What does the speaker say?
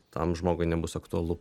tam žmogui nebus aktualu